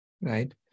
right